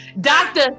Doctor